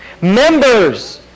Members